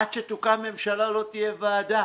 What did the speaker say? עד שתוקם ממשלה לא תהיה ועדה.